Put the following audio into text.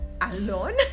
alone